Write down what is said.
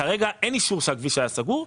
כרגע אין אישור שהכביש היה סגור.